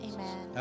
Amen